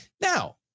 Now